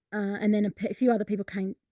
and then a few other people came.